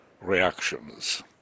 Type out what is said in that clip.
reactions